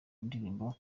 ndirimbo